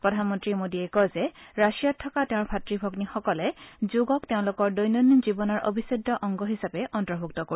প্ৰধানমন্নী মোডীয়ে কয় যে ৰাছিয়াত থকা তেওঁৰ ভাতৃ ভগ্নীসকলে যোগক তেওঁলোকৰ দৈনন্দিন জীৱনৰ অবিছেদ্য অংগ হিচাপে অন্তৰ্ভুক্ত কৰিব